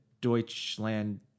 Deutschland